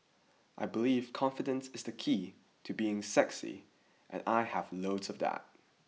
I believe confidence is the key to being sexy and I have loads of that